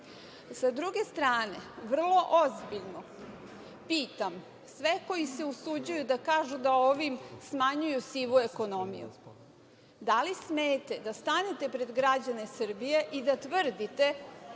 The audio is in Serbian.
druge strane, vrlo ozbiljno pitam sve koji se usuđuju da kažu da ovim smanjuju sivu ekonomiju, da li smete da stanete pred građane Srbije i da tvrdite